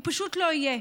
הוא פשוט לא יהיה,